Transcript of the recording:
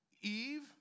Eve